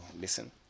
listen